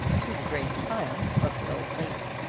to the great triumph of the old lady.